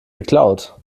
geklaut